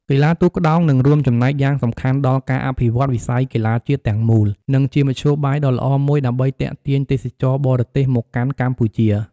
កីឡាទូកក្ដោងនឹងរួមចំណែកយ៉ាងសំខាន់ដល់ការអភិវឌ្ឍន៍វិស័យកីឡាជាតិទាំងមូល និងជាមធ្យោបាយដ៏ល្អមួយដើម្បីទាក់ទាញទេសចរណ៍បរទេសមកកាន់កម្ពុជា។